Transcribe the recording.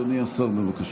אדוני השר, בבקשה.